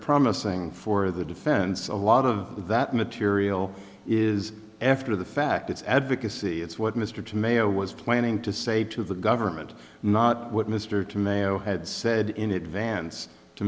promising for the defense a lot of that material is after the fact it's advocacy it's what mr tomato was planning to say to the government not what mr to mayo had said in advance to